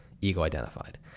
ego-identified